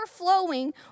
overflowing